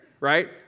right